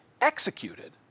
executed